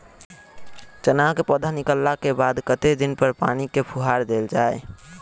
चना केँ पौधा निकलला केँ बाद कत्ते दिन पर पानि केँ फुहार देल जाएँ?